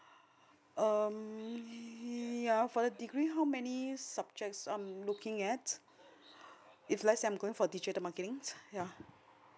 um ya for the degree how many subjects I'm looking at if let say I'm going for digital marketing ya